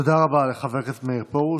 תודה רבה לחבר הכנסת מאיר פרוש.